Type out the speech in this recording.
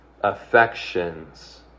affections